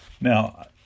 now